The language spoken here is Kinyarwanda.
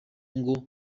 ngo